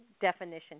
definition